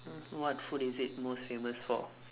mm what food is it most famous for